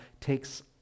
takes